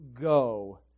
go